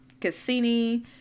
Cassini